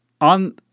on